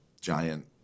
giant